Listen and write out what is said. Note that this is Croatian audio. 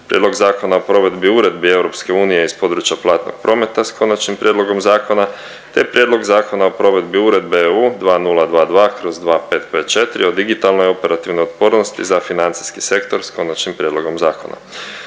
Prijedlog zakona o provedbi uredbi EU iz područja platnog prometa s konačnim prijedlogom zakona te Prijedlog zakona o provedbi uredbe EU 2022/2554 o digitalnoj operativnoj otpornosti za financijski sektor s konačnim prijedlogom zakona.